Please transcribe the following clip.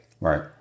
Right